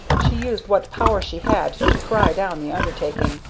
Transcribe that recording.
she used what power she had to cry down the undertaking,